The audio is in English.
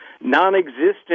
non-existent